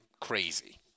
crazy